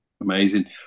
Amazing